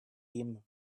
him